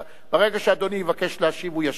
ברגע שאדוני יבקש להשיב, הוא ישיב.